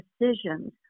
decisions